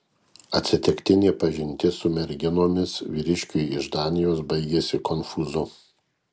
atsitiktinė pažintis su merginomis vyriškiui iš danijos baigėsi konfūzu